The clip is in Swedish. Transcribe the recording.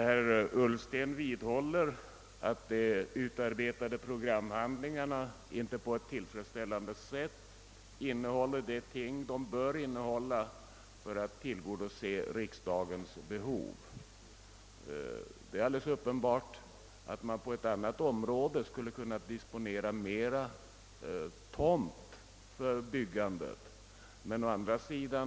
Herr talman! Parkeringsfrågan har avgörande betydelse för de handikappade bilisternas förutsättningar att fungera i samhället. Lättnader i parkeringsregleringen uppvisar för närvarande betydande skillnader beroende på vilken hemort den handikappade har. Han eller hon är hänvisad till att konkurrera med övriga bilägare för att finna